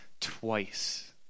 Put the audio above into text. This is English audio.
twice